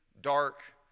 dark